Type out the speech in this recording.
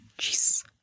Jeez